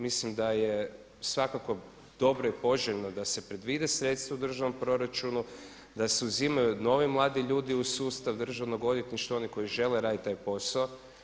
Mislim da je svako dobro i poželjno da se predvide sredstva u državnom proračunu, da se uzimaju novi mladi ljudi u sustav Državnog odvjetništva oni koji žele raditi taj posao.